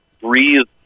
breathe